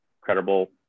credible